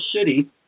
city